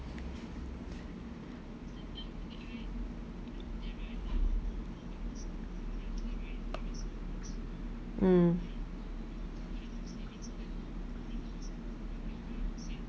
mm